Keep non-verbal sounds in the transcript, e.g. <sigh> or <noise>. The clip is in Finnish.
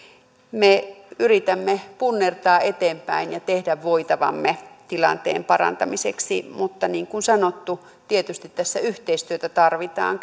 me yritämme punnertaa eteenpäin ja tehdä voitavamme tilanteen parantamiseksi mutta niin kuin sanottu tietysti tässä yhteistyötä tarvitaan <unintelligible>